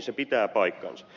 se pitää paikkansa